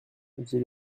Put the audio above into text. dit